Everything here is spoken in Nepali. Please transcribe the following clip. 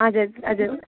हजुर हजुर